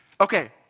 Okay